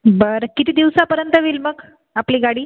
बरं किती दिवसापर्यंत होईल मग आपली गाडी